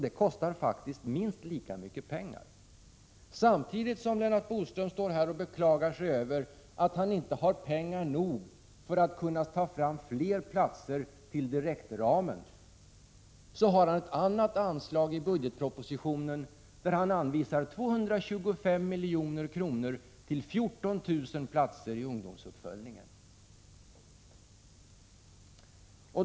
Det kostar minst lika mycket pengar. Samtidigt som Lennart Bodström står här och beklagar sig över att han inte har pengar nog för att kunna ta fram flera platser till direktramen så har han ett annat anslag i budgetpropositionen, där han anvisar 225 milj.kr. till 14 000 platser i ungdomsuppföljningen.